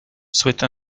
souhaite